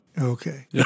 Okay